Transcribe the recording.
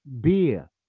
beer